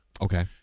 okay